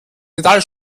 metall